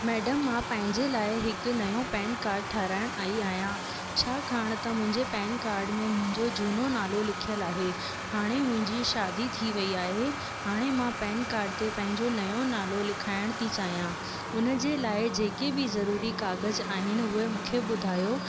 madam मां पंहिंजे लाइ हिकु नयो पैन काड ठहिराइणु आई आहियां छाकाणि त मुंहिंजे पैन काड में मुंहिंजो झूनो नालो लिखियल आहे हाणे मुंहिंजी शादी थी वई आहे हाणे मां पैन काड ते पंहिंजो नयो नालो लिखाइणु थी चाहियां उन जे लाइ जेके बि ज़रूरी कागज़ आहिनि उहे मूंखे ॿुधायो